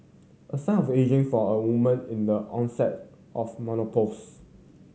a sign of ageing for a woman in the onset of menopause